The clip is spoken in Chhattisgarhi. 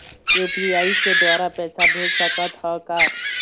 यू.पी.आई के द्वारा पैसा भेज सकत ह का?